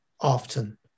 often